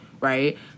right